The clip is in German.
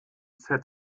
zob